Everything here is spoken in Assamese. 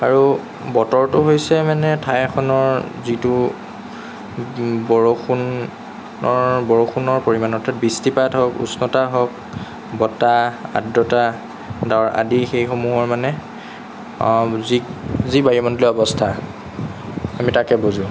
আৰু বতৰটো হৈছে মানে ঠাই এখনৰ যিটো বৰষুণৰ বৰষুণৰ পৰিমাণতে বৃষ্টিপাত হওক উষ্ণতা হওক বতাহ আৰ্দ্ৰতা ডাৱৰ আদি সেইসমূহৰ মানে যি যি বায়ুমণ্ডলীয় অৱস্থা আমি তাকে বুজোঁ